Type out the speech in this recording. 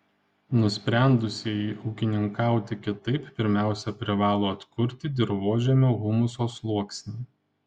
nusprendusieji ūkininkauti kitaip pirmiausia privalo atkurti dirvožemio humuso sluoksnį